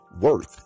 worth